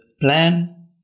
plan